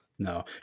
No